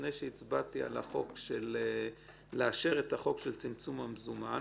לפני שהצבעתי לאישור חוק צמצום השימוש במזומן